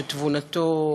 שתבונתו,